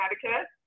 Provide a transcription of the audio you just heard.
Connecticut